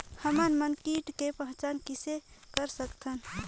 हमन मन कीट के पहचान किसे कर सकथन?